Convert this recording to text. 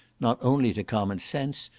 not only to common sense,